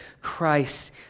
Christ